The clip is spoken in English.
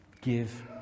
give